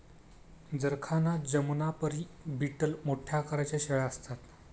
जरखाना जमुनापरी बीटल मोठ्या आकाराच्या शेळ्या असतात